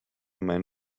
men